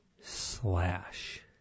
slash